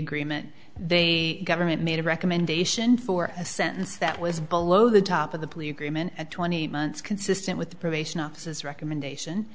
agreement they government made a recommendation for a sentence that was below the top of the plea agreement at twenty eight months consistent with the probation officers recommendation